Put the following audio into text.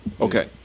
Okay